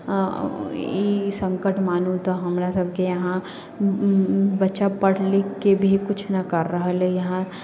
ई सङ्कट मानू तऽ हमरा सबके इहाँ बच्चा पढ़ि लिखिकऽ भी किछु नहि करि रहल हइ इहाँ